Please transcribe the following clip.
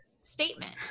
statement